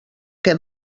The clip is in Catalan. que